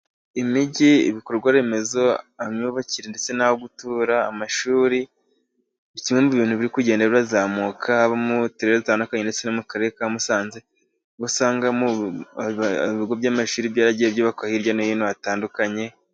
Imijyi , ibikorwa remezo, imyubakire ndetse n'aho gutura. Amashuri kimwe mu bintu biri kugenda bizamuka mu turere dutandukanye, ndetse no mu karere ka Musanze usanga ibigo by'amashuri byaragiye byubakwa hirya no hino hatandukanye.